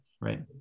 Right